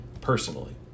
personally